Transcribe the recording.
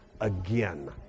again